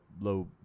low